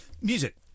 Music